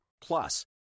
Plus